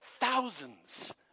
thousands